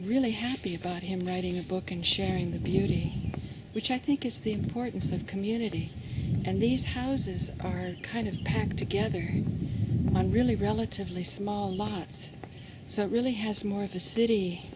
really happy about him writing a book and sharing the beauty which i think is the importance of community and these houses are kind of packed together really relatively small so it really has more of a city